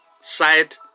side